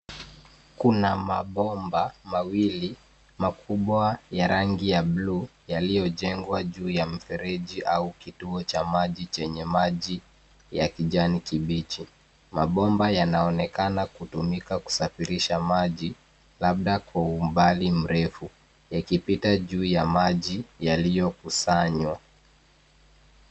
Kuna mabomba mawili makubwa ya rangi ya buluu yaliyojengwa juu ya mfereji au kituo cha maji chenye maji ya kijani kibichi. Mabomba yanaonekana kutumika kusafirisha maji labda kwa umbali mrefu, yakipita juu ya maji yaliyokusanywa.